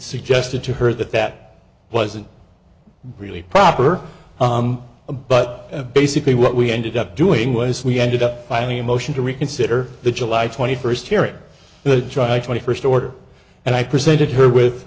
suggested to her that that wasn't really proper a but basically what we ended up doing was we ended up filing a motion to reconsider the july twenty first hearing good try twenty first order and i presented her with